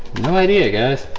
no idea guys,